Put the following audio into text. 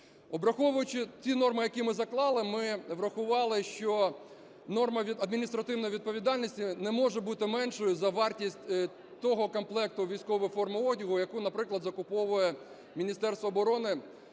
Обраховуючи ті норми, які ми заклали, ми врахували, що норма адміністративної відповідальності не може бути меншою за вартість того комплекту військової форми одягу, яку, наприклад, закуповує Міністерство оборони